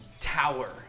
tower